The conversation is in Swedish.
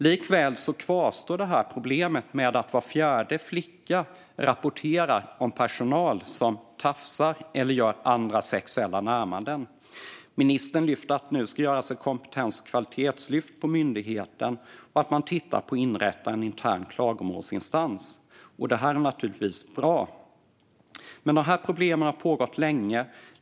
Likväl kvarstår problemet med att var fjärde flicka rapporterar om personal som tafsar eller gör andra sexuella närmanden. Ministern lyfter fram att det nu ska göras ett kompetens och kvalitetslyft på myndigheten och att man tittar på att inrätta en intern klagomålsinstans. Det är naturligtvis bra, men dessa problem har pågått länge.